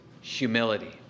humility